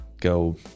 go